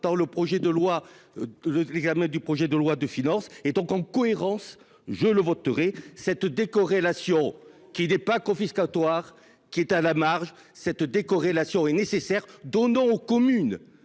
de loi. L'examen du projet de loi de finances et donc en cohérence. Je le voterai cette décorrélation qui n'est pas confiscatoire qui est à la marge cette décorrélation est nécessaire. Donnons aux communes